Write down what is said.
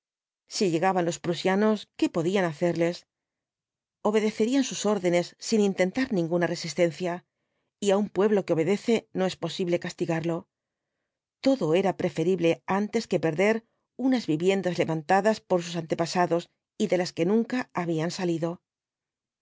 si llegaban los prusianos qué podían hacerles obedecerían sus órdenes sin intentar ninguna resistencia y á un pueblo que obedece no es posible castigarlo todo era preferible antes que perder unas viviendas levantadas por sus antepasados y de las que nunca habían salido